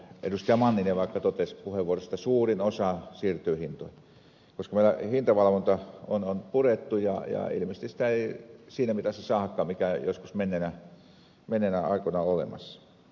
manninen vaikka totesi puheenvuorossaan että suurin osa siirtyy hintoihin koska meillä hintavalvonta on purettu ja ilmeisesti sitä ei siinä mitassa saadakaan mikä joskus menneinä aikoina oli olemassa